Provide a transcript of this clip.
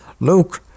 Luke